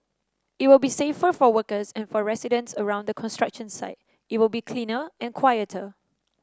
it will be safer for workers and for residents around the construction site it will be cleaner and quieter